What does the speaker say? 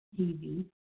Tv